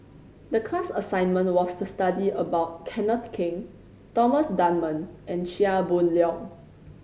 the class assignment was to study about Kenneth Keng Thomas Dunman and Chia Boon Leong